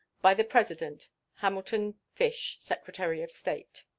by the president hamilton fish, secretary of state.